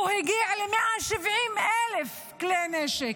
הוא הגיע ל-170,000 כלי נשק.